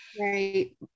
right